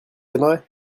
aimeraient